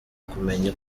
kumenya